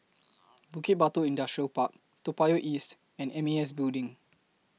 Bukit Batok Industrial Park Toa Payoh East and M A S Building